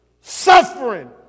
suffering